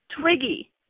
twiggy